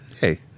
Hey